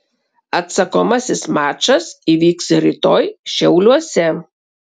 atsakomasis mačas įvyks rytoj šiauliuose